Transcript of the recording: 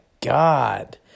god